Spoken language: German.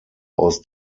aus